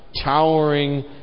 towering